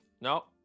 no